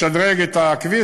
בשדרוג הכביש,